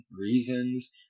reasons